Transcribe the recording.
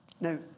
No